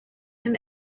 him